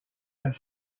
had